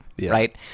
right